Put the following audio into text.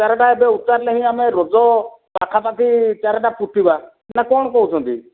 ଚେରଟା ଏବେ ଉତାରିଲେ ହିଁ ଆମେ ରଜ ପାଖାପାଖି ଚେରଟା ପୁତିବା ନା କଣ କହୁଛନ୍ତି